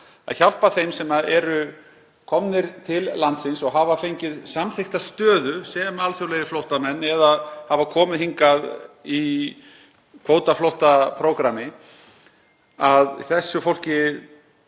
að hjálpa þeim sem eru komnir til landsins og hafa fengið samþykkta stöðu sem alþjóðlegir flóttamenn eða hafa komið hingað í kvótaflóttamannaprógrammi; að því fólki